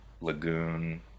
lagoon